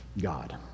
God